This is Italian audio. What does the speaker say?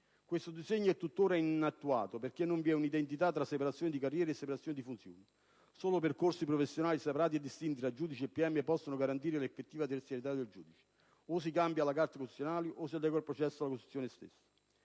Questo disegno è tuttora inattuato poiché non vi è identità tra separazione di carriere e separazione di funzioni; solo percorsi professionali separati e distinti tra giudice e pubblico ministero possono garantire l'effettiva terzietà del giudice. O si cambia la Carta costituzionale o si adegua il processo alla Costituzione stessa.